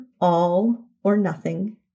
all-or-nothing